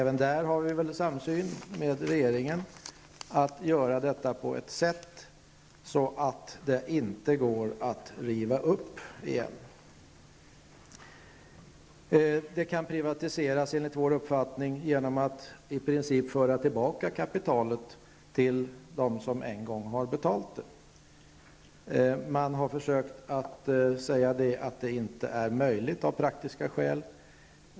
Vi anser i likhet med regeringen att det skall ske genom ett beslut som inte går att riva upp. Kapitalet kan i princip återföras till dem som en gång har betalat in det. Det har sagts att detta av praktiska skäl inte är möjligt.